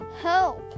Help